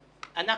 שאנחנו,